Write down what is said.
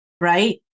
right